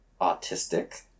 autistic